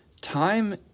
time